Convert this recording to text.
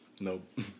Nope